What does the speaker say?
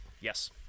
yes